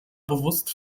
bewusst